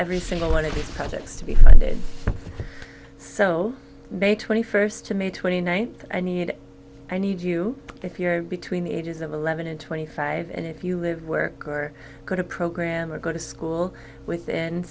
every single one of the tips to be funded so may twenty first to may twenty ninth i need i need you if you're between the ages of eleven and twenty five and if you live work or go to program or go to school within